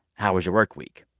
how was your work week?